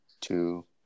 two